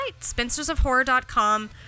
spinstersofhorror.com